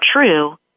true